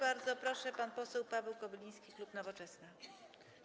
Bardzo proszę, pan poseł Paweł Kobyliński, klub Nowoczesna.